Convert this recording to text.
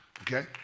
Okay